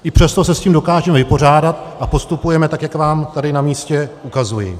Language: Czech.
I přesto se s tím dokážeme vypořádat a postupujeme tak, jak vám tady na místě ukazuji.